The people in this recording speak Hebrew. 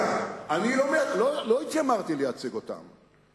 אני לא התיימרתי לייצג אותם.